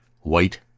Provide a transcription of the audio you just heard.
White